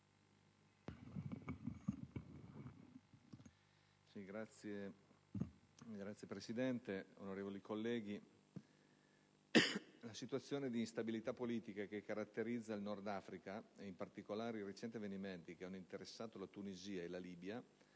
Signor Presidente, onorevoli colleghi, la situazione di instabilità politica che caratterizza il Nord Africa e, in particolare, i recenti avvenimenti che hanno interessato la Tunisia e la Libia